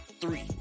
three